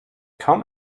kaum